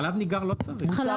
חלב ניגר לא צריך.